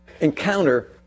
encounter